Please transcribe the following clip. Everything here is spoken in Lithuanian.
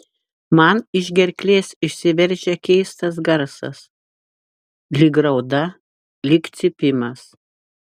man iš gerklės išsiveržia keistas garsas lyg rauda lyg cypimas